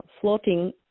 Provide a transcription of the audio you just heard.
floating